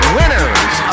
winners